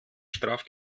straff